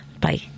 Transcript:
Bye